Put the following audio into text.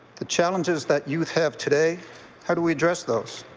the challenges that youth have today how do we address those.